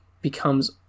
becomes